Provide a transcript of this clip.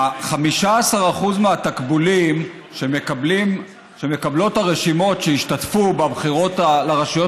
15% מהתקבולים שמקבלות הרשימות שהשתתפו בבחירות לרשויות